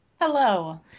Hello